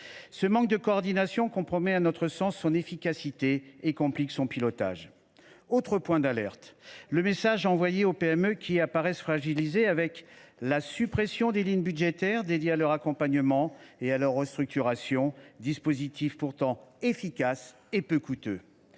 ce manque de coordination compromet son efficacité et complique son pilotage. Autre point d’alerte, le message envoyé aux PME, qui apparaissent fragilisées par la suppression des lignes budgétaires dédiées à leur accompagnement et à leur restructuration, dispositifs pourtant efficaces et peu coûteux.